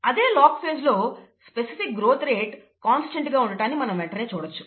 అదే log phase లో specific growth rate constant గా ఉండటాన్ని మనం వెంటనే చూడవచ్చు